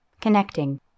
Connecting